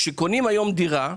כשקונים דירה,